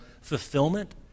fulfillment